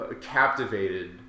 captivated